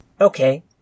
Okay